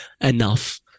enough